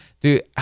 Dude